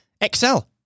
excel